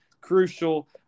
Crucial